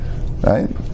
right